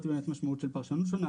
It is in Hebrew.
היא באמת משמעות של פרשנות שונה,